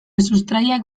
sustraiak